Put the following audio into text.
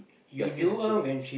you're still schooling